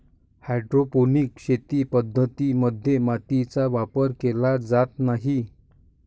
hydroponic शेती पद्धतीं मध्ये मातीचा वापर केला जात नाही